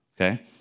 Okay